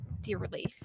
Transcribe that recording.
dearly